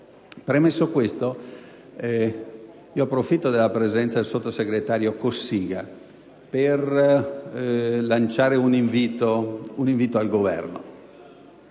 Premesso ciò, approfitto della presenza del sottosegretario Cossiga per rivolgere un invito al Governo.